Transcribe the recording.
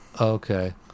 Okay